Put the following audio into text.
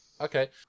Okay